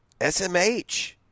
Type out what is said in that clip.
SMH